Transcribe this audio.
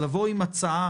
אני אדבר גם עם אגודת ישראל.